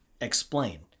explain